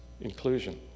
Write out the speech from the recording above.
Inclusion